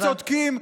הם צודקים.